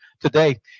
today